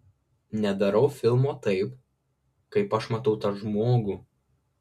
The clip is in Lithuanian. nedarau filmo taip kaip aš matau tą žmogų